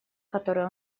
которое